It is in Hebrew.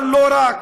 אבל לא רק.